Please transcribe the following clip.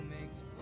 makes